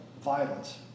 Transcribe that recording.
violence